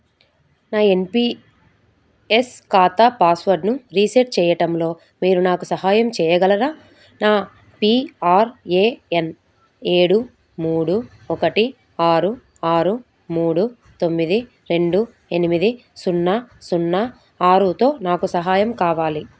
నా N P S ఖాతా పాస్వర్డ్ను రీసెట్ చేయడంలో మీరు నాకు సహాయం చేయగలరా నా పీ ఆర్ ఏ ఎన్ ఏడు మూడు ఒకటి ఆరు ఆరు మూడు తొమ్మిది రెండు ఎనిమిది సున్నా సున్నా ఆరుతో నాకు సహాయం కావాలి